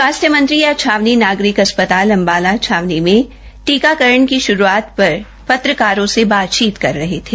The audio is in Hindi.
स्वास्थ्य मंत्री आज छावनी नागरिक अस्पताल अंबाला छावनी में टीकाकरण की शुरूआत पर पत्रकारों से बातचीत कर रहे थे